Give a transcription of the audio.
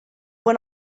went